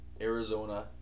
Arizona